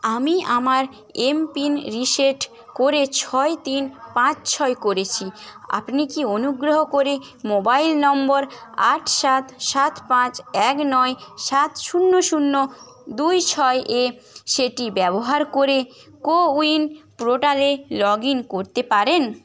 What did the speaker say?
আমি আমার MPIN reset করে ছয় তিন পাঁচ ছয় করেছি আপনি কি অনুগ্রহ করে মোবাইল নম্বর আট সাত সাত পাঁচ এক নয় সাত শূন্য শূন্য দুই ছয় এ সেটি ব্যবহার করে কো উইন পোর্টালে লগ ইন করতে পারেন